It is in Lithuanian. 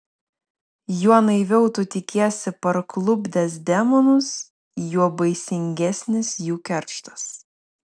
juo naiviau tu tikiesi parklupdęs demonus juo baisingesnis jų kerštas